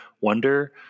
wonder